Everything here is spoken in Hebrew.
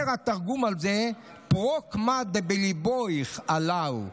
אומר התרגום על זה: פרוק מה דבליבך עלוהי.